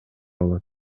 болот